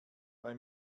bei